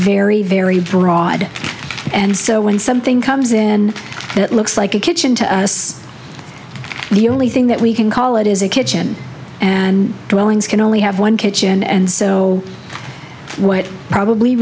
very very broad and so when something comes in that looks like a kitchen to us the only thing that we can call it is a kitchen and dwellings can only have one kitchen and so what probably